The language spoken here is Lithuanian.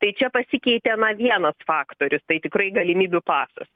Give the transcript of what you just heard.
tai čia pasikeitė na vienas faktorius tai tikrai galimybių pasas